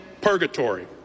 purgatory